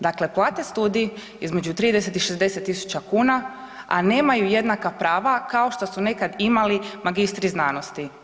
Dakle plate studij, između 30 i 60 000 kn, a nemaju jednaka prava kao što su nekad imali magistri znanosti.